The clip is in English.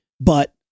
But-